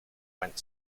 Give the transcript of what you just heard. went